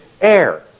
Air